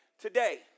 today